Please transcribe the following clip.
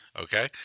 Okay